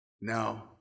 No